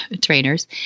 trainers